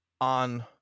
on